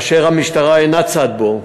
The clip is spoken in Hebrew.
אשר המשטרה אינה צד בו,